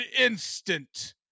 instant